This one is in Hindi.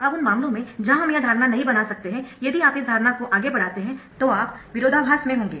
अब उन मामलों में जहां हम यह धारणा नहीं बना सकते है यदि आप इस धारणा को आगे बढ़ाते है तो आप विरोधाभास में होंगे